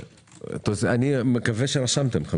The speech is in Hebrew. מקווה שרשמתם.